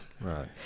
Right